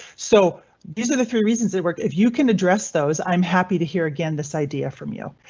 so these are the three reasons that work. if you can address those, i'm happy to hear again this idea from you,